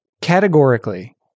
Categorically